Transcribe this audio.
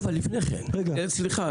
אבל לפני כן, סליחה.